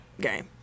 game